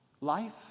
life